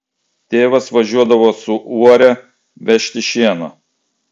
tėvas važiuodavo su uore vežti šieno